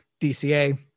DCA